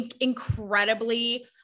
incredibly